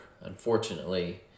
Unfortunately